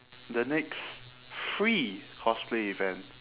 the next free cosplay event